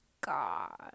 God